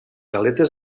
aletes